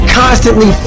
constantly